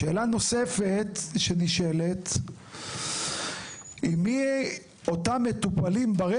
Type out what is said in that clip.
שאלה נוספת שנשאלת היא מי אותם מטופלים ברי